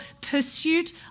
pursuit